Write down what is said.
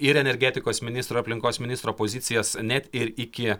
ir energetikos ministro ir aplinkos ministro pozicijas net ir iki